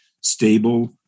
stable